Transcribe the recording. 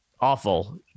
awful